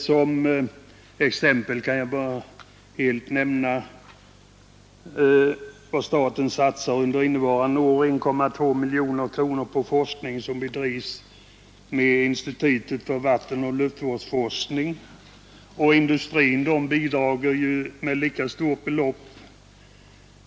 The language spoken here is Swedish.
Som exempel kan jag nämna att under innevarande budgetår satsar staten 1,2 miljoner kronor på forskning som bedrivs av institutet för vattenoch luftvårdsforskning och att industrin bidrar med lika stort belopp.